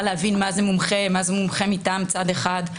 להבין מה זה מומחה ומה זה מומחה מטעם צד אחד.